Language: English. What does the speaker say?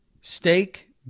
steak